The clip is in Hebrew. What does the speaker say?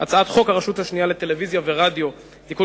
הרשות השנייה לטלוויזיה ורדיו (תיקון